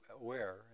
aware